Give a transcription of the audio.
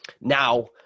Now –